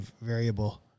variable